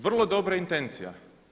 Vrlo dobra intencija.